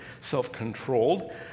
self-controlled